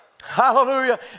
Hallelujah